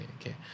okay